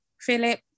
Philip